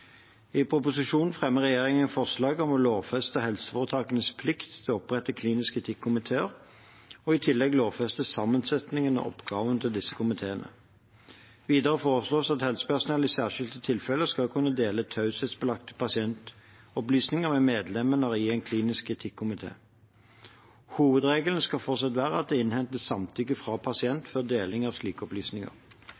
I proposisjonen fremmer regjeringen forslag om å lovfeste helseforetakenes plikt til å opprette kliniske etikkomiteer, og i tillegg lovfestes sammensetningen av og oppgavene til disse komiteene. Videre foreslås det at helsepersonell i særskilte tilfeller skal kunne dele taushetsbelagte pasientopplysninger med medlemmene av en klinisk etikkomité. Hovedregelen skal fortsatt være at det innhentes samtykke fra